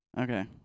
Okay